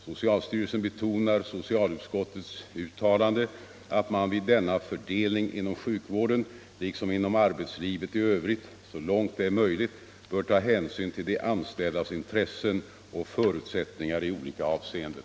Socialstyrelsen betonar socialutskottets uttalande att man vid denna fördelning inom sjukvården liksom inom arbetslivet i övrigt så långt det är möjligt bör ta hänsyn till de anställdas intressen och förutsättningar i olika avseenden.